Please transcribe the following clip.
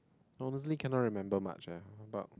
honestly cannot remember much eh but